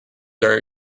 are